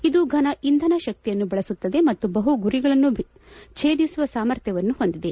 ಇದು ಫನ ಇಂಧನ ಶಕ್ತಿಯನ್ನು ಬಳಸುತ್ತದೆ ಮತ್ತು ಬಹು ಗುರಿಗಳನ್ನು ಛೇದಿಸುವ ಸಾಮರ್ಥ್ಯವನ್ನು ಹೊಂದಿದೆ